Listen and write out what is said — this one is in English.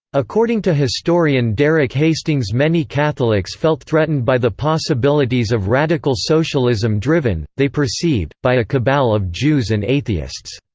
according to historian derek hastings many catholics felt threatened by the possibilities of radical socialism driven, they perceived, by a cabal of jews and atheists.